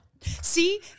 See